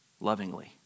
lovingly